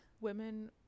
women